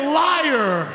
liar